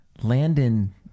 Landon